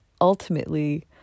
ultimately